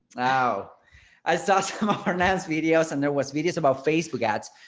ah i saw some arnaz videos and there was videos about facebook ads.